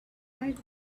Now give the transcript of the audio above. tired